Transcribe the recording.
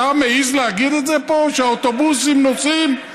אתה מעז להגיד את זה פה, כשהאוטובוסים נוסעים?